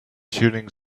shooting